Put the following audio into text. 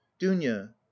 dunya